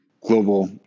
global